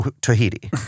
Tahiti